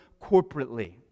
corporately